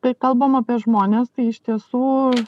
tai kalbam apie žmones tai iš tiesų